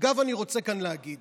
אגב, אני רוצה כאן להגיד